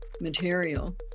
material